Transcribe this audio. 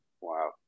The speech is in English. wow